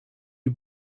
you